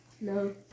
No